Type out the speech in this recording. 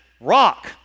rock